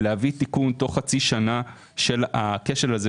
להביא תיקון של הכשל הזה,